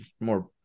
more